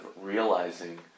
realizing